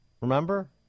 Remember